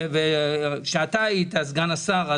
כשאתה היית סגן שר,